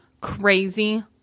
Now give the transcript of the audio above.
crazy